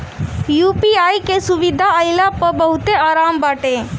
UPI के सुविधा आईला पअ बहुते आराम बाटे